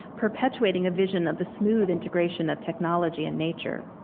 perpetuating a vision of the smooth integration of technology and nature.